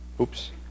Oops